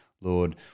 Lord